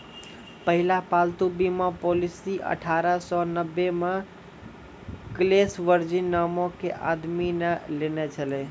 पहिला पालतू बीमा पॉलिसी अठारह सौ नब्बे मे कलेस वर्जिन नामो के आदमी ने लेने छलै